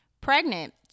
pregnant